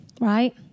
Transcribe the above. right